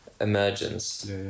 emergence